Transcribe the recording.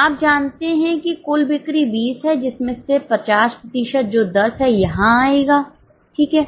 आप जानते हैं कि कुल बिक्री 20 है जिसमें से 50 प्रतिशत जो 10 है यहाँ आएगा ठीक है